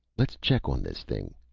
let's check on this thing!